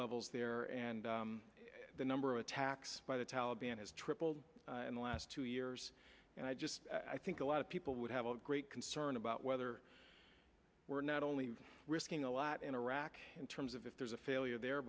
levels there and the number of attacks by the taliban has tripled in the last two years and i just i think a lot of people would have a great concern about whether we're not only risking a lot in iraq in terms of if there's a failure there